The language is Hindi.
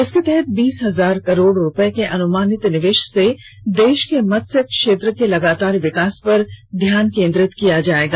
इसके तहत बीस हजार करोड़ रूपए के अनुमानित निवेश से देश के मत्स्य क्षेत्र के लगातार विकास पर ध्यान केन्द्रित किया जाएगा